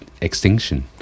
extinction